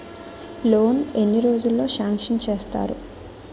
Loan ఎన్ని రోజుల్లో sanction చేస్తారు?